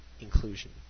inclusion